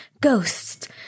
ghosts